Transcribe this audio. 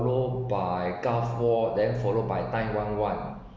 followed by gulf war then followed by nine one one